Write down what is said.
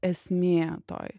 esmė toj